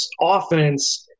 offense –